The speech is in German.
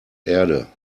erde